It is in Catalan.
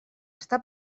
està